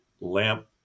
lamp